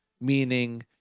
meaning